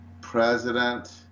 President